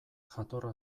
jatorra